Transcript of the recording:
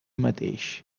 mateix